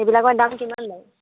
সেইবিলাকৰ দাম কিমান লয়